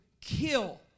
kill